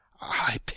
I